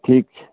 ठीक छै